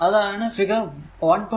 അതാണ് ഫിഗർ 1